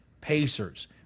Pacers